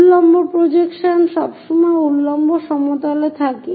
উল্লম্ব প্রজেকশন সবসময় সেই উল্লম্ব সমতলে থাকে